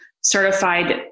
certified